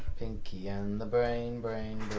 pinky and the brain, brain,